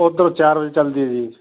ਉੱਧਰ ਚਾਰ ਵਜੇ ਚੱਲਦੀ ਹੈ ਜੀ